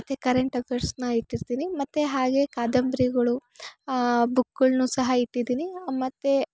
ಮತ್ತು ಕರೆಂಟ್ ಅಫೆರ್ಸ್ನ ಇಟ್ಟಿರ್ತೀನಿ ಮತ್ತು ಹಾಗೆ ಕಾದಂಬರಿಗಳು ಬುಕ್ಗಳ್ನು ಸಹ ಇಟ್ಟಿದಿನಿ ಮತ್ತು